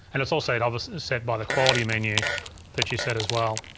and it's also obviously set by the quality menu that you set as well.